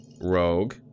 Rogue